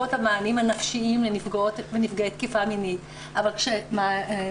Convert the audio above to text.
את המענים הנפשיים לנפגעות ונפגעי תקיפה מינית אבל כשמשך